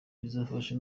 bizadufasha